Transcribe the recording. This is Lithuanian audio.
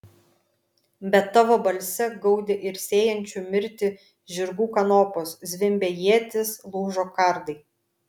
bet tavo balse gaudė ir sėjančių mirtį žirgų kanopos zvimbė ietys lūžo kardai